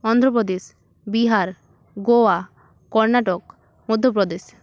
Andhra Pradesh Bihar Goa Karnataka Madhya Pradesh